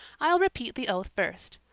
i'll repeat the oath first.